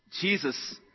Jesus